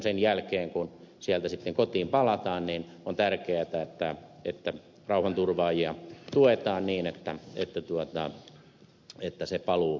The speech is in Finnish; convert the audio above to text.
sen jälkeen kun sieltä sitten kotiin palataan on tärkeätä että rauhanturvaajia tuetaan niin että se paluu sujuisi hyvin